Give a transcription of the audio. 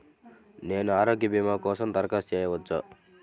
నేను ఆరోగ్య భీమా కోసం దరఖాస్తు చేయవచ్చా?